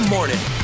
Morning